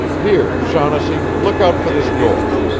here, shaughnessy, look out for this door!